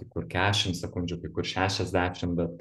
kai kur kešim sekundžių kai kur šešiasdešim bet